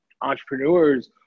entrepreneurs